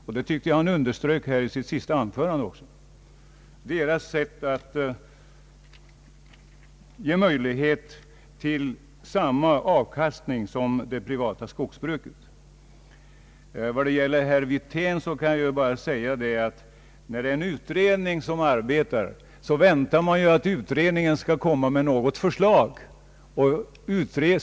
Jag tycker att han även underströk detta i sitt senaste anförande, när han talade om att domänverkets skogar bör ge möjlighet till samma avkastning som det privata skogsbrukets. Till herr Wirtén vill jag säga att när en utredning arbetar, väntar man att den skall komma med något förslag.